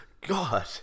God